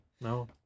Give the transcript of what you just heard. no